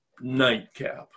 nightcap